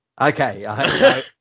Okay